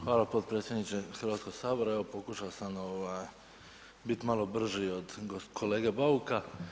Hvala potpredsjedniče Hrvatskog sabora, evo pokušao sam bit malo brži od kolege Bauka.